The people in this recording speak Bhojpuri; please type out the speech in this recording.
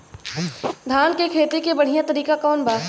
धान के खेती के बढ़ियां तरीका कवन बा?